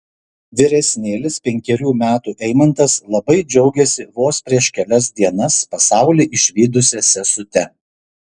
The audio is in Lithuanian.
vyresnėlis penkerių metų eimantas labai džiaugiasi vos prieš kelias dienas pasaulį išvydusia sesute